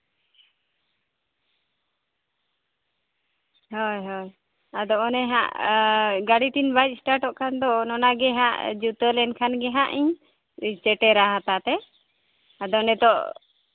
ᱦᱳᱭ ᱦᱳᱭ ᱟᱫᱚ ᱚᱱᱮ ᱦᱟᱸᱜ ᱜᱟᱹᱰᱤ ᱛᱤᱧ ᱵᱟᱭ ᱥᱴᱟᱴᱚᱜ ᱠᱟᱱ ᱫᱚ ᱚᱱᱟ ᱜᱮ ᱦᱟᱸᱜ ᱡᱩᱛᱟᱹᱣ ᱞᱮᱱᱠᱷᱟᱱ ᱜᱮ ᱦᱟᱸᱜ ᱤᱧ ᱥᱮᱴᱮᱨᱟ ᱦᱟᱛᱟᱛᱮ ᱟᱫᱚ ᱱᱤᱛᱳᱜ